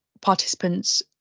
participants